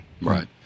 Right